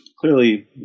clearly